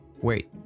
Wait